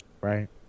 Right